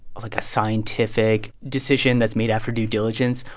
like, a scientific decision that's made after due diligence?